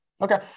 Okay